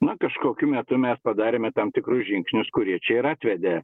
na kažkokiu metu mes padarėme tam tikrus žingsnius kurie čia ir atvedė